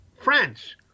France